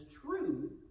truth